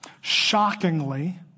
shockingly